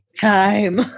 time